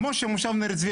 כמו שמושב ניר צבי,